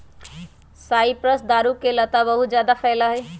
cypress दारू के लता बहुत जादा फैला हई